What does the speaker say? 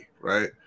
right